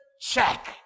check